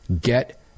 Get